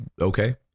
okay